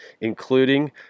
including